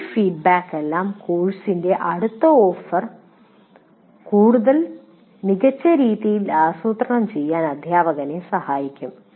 ഈ ഫീഡ്ബാക്കുകളെല്ലാം കോഴ്സിന്റെ അടുത്ത ഓഫർ കൂടുതൽ മികച്ച രീതിയിൽ ആസൂത്രണം ചെയ്യാൻ അധ്യാപകനെ സഹായിക്കും